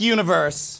Universe